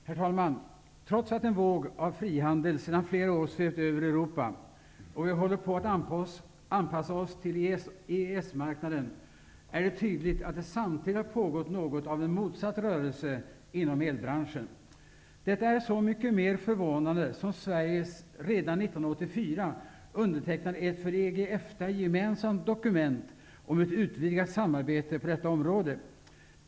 Herr talman! Trots att en våg av frihandel sedan flera år svept över Europa och vi håller på att anpassa oss till EES-marknaden, är det tydligt att det samtidigt har pågått något av en motsatt rörelse inom elbranschen. Detta är så mycket mer förvånande som Sverige redan 1984 undertecknade ett för EG--EFTA gemensamt dokument om ett utvidgat samarbete på detta område.